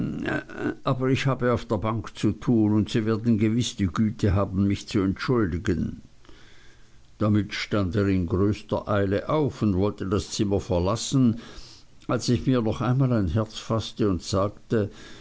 aber ich habe auf der bank zu tun und sie werden gewiß die güte haben mich zu entschuldigen damit stand er in größter eile auf und wollte das zimmer verlassen als ich mir noch einmal ein herz faßte und sagte